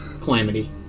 calamity